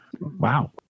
Wow